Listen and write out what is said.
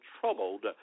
troubled